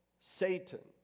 Satan